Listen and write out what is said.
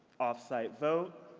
off-site vote.